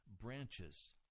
branches